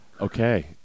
okay